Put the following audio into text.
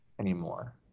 anymore